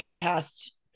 past